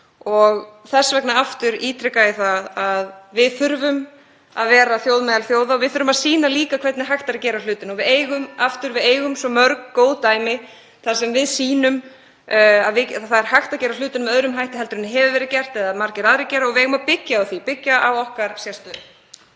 Þess vegna ítreka ég aftur að við þurfum að vera þjóð meðal þjóða og við þurfum að sýna líka hvernig hægt er að gera hlutina. Við eigum (Forseti hringir.) svo mörg góð dæmi þar sem við sýnum að hægt er að gera hlutina með öðrum hætti en hefur verið gert eða margir aðrir gera og við eigum að byggja á því, byggja á okkar sérstöðu.